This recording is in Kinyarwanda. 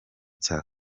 cya